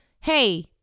hey